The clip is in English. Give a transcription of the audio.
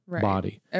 body